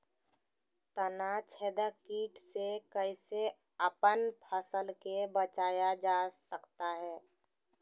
तनाछेदक किट से कैसे अपन फसल के बचाया जा सकता हैं?